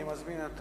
אני מזמין את